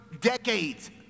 decades